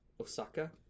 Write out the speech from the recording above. Osaka